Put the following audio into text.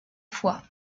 foi